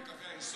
אלה קווי היסוד?